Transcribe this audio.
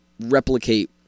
replicate